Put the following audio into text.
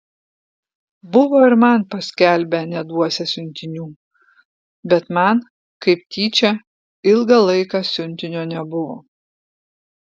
buvo ir man paskelbę neduosią siuntinių bet man kaip tyčia ilgą laiką siuntinio nebuvo